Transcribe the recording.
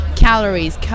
Calories